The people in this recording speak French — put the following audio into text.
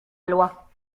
loi